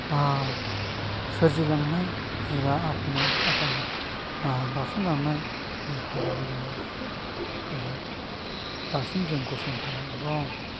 सोरजिलांनाय एबा आफानि बारसोमलांनाय बे हादाबाव जोंनि दासिम जों गसंथानानै दं